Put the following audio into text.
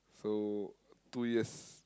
so two years